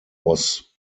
was